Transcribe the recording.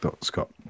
Scott